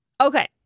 Okay